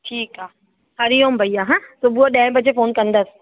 ठीकु आहे हरिओम भैया हा सुबुहु ॾह बजे फोन कंदसि